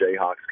Jayhawks